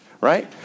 right